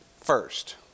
First